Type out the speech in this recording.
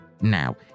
Now